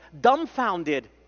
dumbfounded